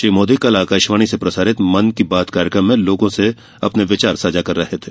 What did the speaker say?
श्री मोदी कल आकाशवाणी से प्रसारित मन की बात कार्यक्रम में लोगों से अपने विचार साझा कर रहे थे